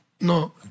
No